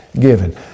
given